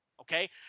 okay